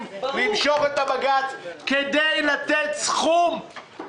למשוך את העתירה לבג"ץ כדי לתת סכום כסף,